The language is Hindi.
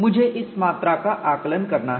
मुझे इस मात्रा का आकलन करना है